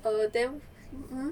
err then